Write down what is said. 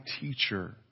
teacher